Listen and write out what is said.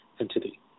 entity